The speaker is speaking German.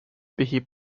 behebt